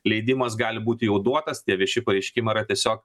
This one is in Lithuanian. leidimas gali būti jau duotas tie vieši pareiškimai yra tiesiog